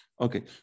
Okay